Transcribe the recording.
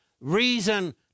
reason